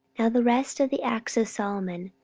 now the rest of the acts of solomon,